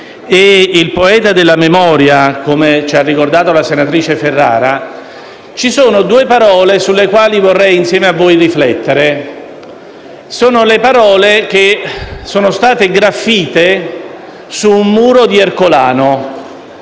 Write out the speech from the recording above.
e il poeta della memoria, come ci ha ricordato la senatrice Elena Ferrara) ci sono due parole sulle quali vorrei riflettere insieme a voi. Sono parole che sono state graffite su un muro di Ercolano,